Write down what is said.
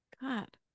God